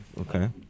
okay